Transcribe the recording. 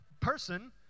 person